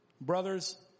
brothers